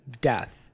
death